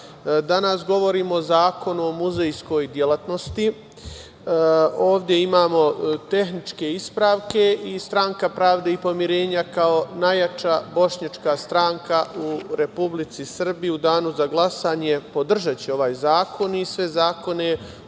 danas govorimo o Zakonu o muzejskoj delatnosti. Ovde imamo tehničke ispravke i Stranka pravde i pomirenja, kao najjača bošnjačka stranka u Republici Srbiji, u danu za glasanje podržaće ovaj zakon i sve zakone